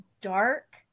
dark